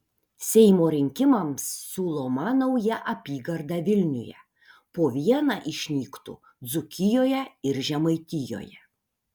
seimo rinkimams siūloma nauja apygarda vilniuje po vieną išnyktų dzūkijoje ir žemaitijoje